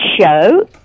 show